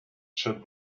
should